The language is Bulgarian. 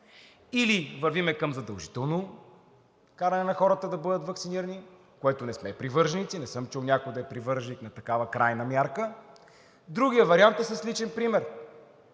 или вървим към задължително каране на хората да бъдат ваксинирани, на което не сме привърженици, не съм чул някой да е привърженик на такава крайна мярка, другият вариант е с личен пример.